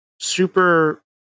super